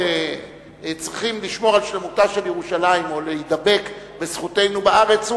צריכים לשמור על שלמותה של ירושלים או להידבק בזכותנו בארץ,